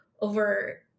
over